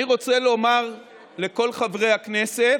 אני רוצה לומר לכל חברי הכנסת,